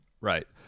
right